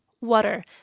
water